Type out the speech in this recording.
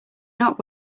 not